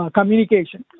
Communication